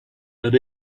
but